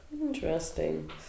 Interesting